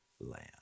land